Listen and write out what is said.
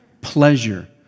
pleasure